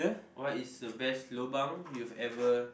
what is the best lobang you've ever